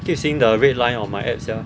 keep seeing the red line on my app sia